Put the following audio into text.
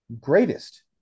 greatest